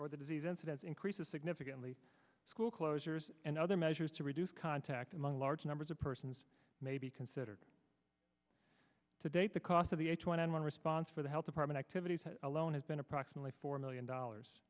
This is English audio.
or the disease incidence increases significantly school closures and other measures to reduce contact among large numbers of persons may be considered to date the cost of the h one n one response for the health department activities alone has been approximately four million dollars